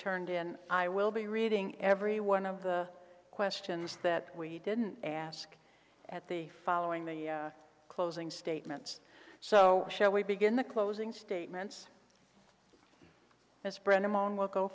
turned in i will be reading every one of the questions that we didn't ask at the following the closing statements so shall we begin the closing statements as brennaman will go